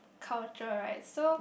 culture right so